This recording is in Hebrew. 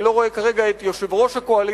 אני לא רואה כרגע את יושב-ראש הקואליציה.